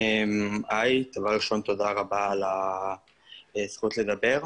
תודה רבה על הזכות לדבר.